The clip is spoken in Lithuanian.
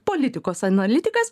politikos analitikas